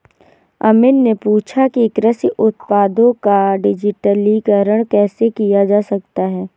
अमित ने पूछा कि कृषि उत्पादों का डिजिटलीकरण कैसे किया जा सकता है?